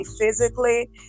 physically